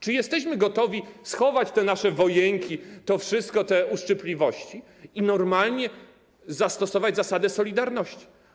Czy jesteśmy gotowi przerwać te nasze wojenki, schować to wszystko, te uszczypliwości i normalnie zastosować zasadę solidarności?